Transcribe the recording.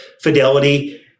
Fidelity